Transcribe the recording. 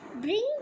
bring